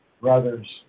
brothers